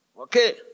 Okay